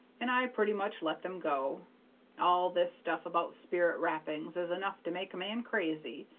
and i pretty much let them go all this stuff about spirit-rappings is enough to make a man crazy.